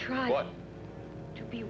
try to be